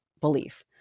belief